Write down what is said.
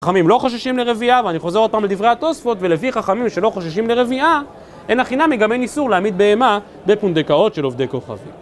חכמים לא חששים לרוויה, ואני חוזר עוד פעם לדברי התוספות, ולפי חכמים שלא חששים לרוויה אין הכינה וגם אין איסור להעמיד בהמה בפונדקאות של עובדי כוכבים